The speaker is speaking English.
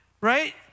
right